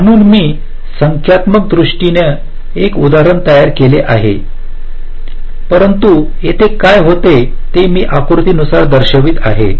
म्हणून मी संख्यात्मकदृष्ट्या एक उदाहरण तयार केले आहे परंतु येथे काय होते ते मी आकृत्यानुसार दर्शवित आहे